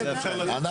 (הישיבה נפסקה בשעה 20:19 ונתחדשה בשעה 21:18.) אנחנו עכשיו,